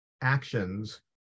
actions